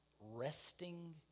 resting